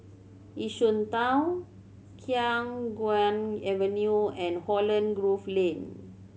Yishun Town Khiang Guan Avenue and Holland Grove Lane